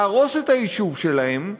להרוס את היישוב שלהם,